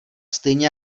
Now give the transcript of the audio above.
stejně